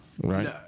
Right